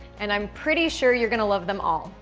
and i'm pretty sure you're gonna love them all,